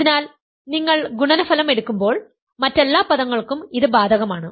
അതിനാൽ നിങ്ങൾ ഗുണനഫലം എടുക്കുമ്പോൾ മറ്റെല്ലാ പദങ്ങൾക്കും ഇത് ബാധകമാണ്